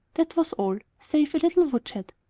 that was all, save a little woodshed.